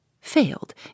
failed